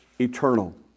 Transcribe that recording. eternal